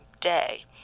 day